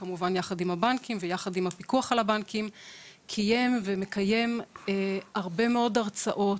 יחד עם הבנקים ויחד עם הפיקוח על הבנקים קיים ומקיים הרבה מאוד הרצאות,